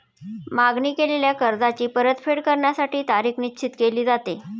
मागणी केलेल्या कर्जाची परतफेड करण्यासाठी तारीख निश्चित केली जाते